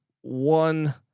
one